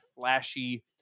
flashy